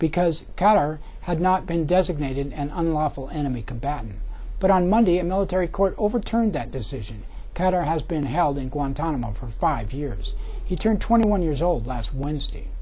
because qatar had not been designated and unlawful enemy combatant but on monday a military court overturned that decision qatar has been held in guantanamo for five years he turned twenty one years old last wednesday